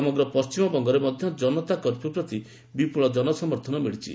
ସମଗ୍ର ପଣ୍ଟିମବଙ୍ଗରେ ମଧ୍ୟ ଜନତା କର୍ଫ୍ୟୁ ପ୍ରତି ବିପୁଳ ଜନ ସମର୍ଥନ ମିଳିଛି